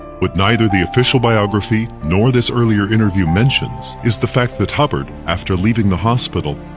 what neither the official biography nor this earlier interview mentions is the fact that hubbard, after leaving the hospital,